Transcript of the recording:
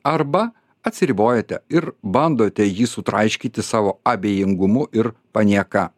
arba atsiribojate ir bandote jį sutraiškyti savo abejingumu ir panieka